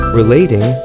relating